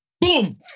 Boom